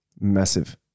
Massive